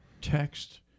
text